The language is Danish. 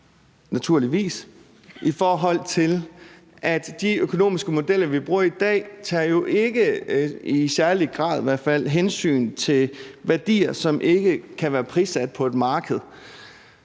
naturligvis – i forhold til at de økonomiske modeller, vi bruger i dag, jo i hvert fald ikke i særlig grad tager hensyn til værdier, som ikke kan være prissat på et marked.